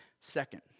Second